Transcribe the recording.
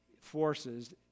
forces